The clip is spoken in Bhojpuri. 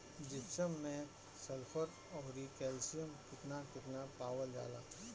जिप्सम मैं सल्फर औरी कैलशियम कितना कितना पावल जाला?